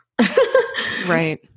Right